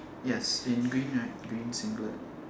yes in green right green singlet